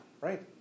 right